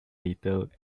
little